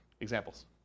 Examples